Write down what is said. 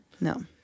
No